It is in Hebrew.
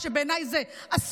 בעיניי זו בושה,